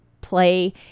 Play